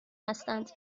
هستند